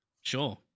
Sure